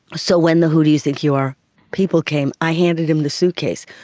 so when the who do you think you are people came i handed him the suitcase.